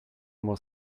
more